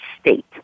state